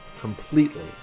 completely